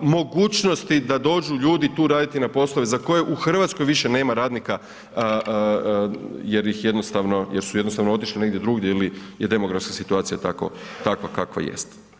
mogućnosti da dođu ljudi tu raditi na poslove za koje u RH više nema radnika jer ih jednostavno, jer su jednostavno otišli negdje drugdje ili je demografska situacija tako, takva kakva jest.